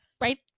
right